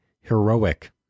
heroic